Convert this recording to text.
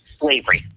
slavery